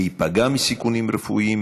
להיפגע מסיכונים רפואיים,